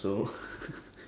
hobby